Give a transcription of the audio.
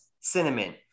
Cinnamon